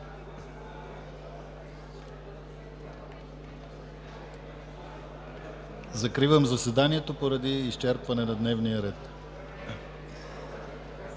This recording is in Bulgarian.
Закривам заседанието, поради изчерпване на дневния ред.